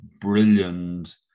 brilliant